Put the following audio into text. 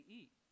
eat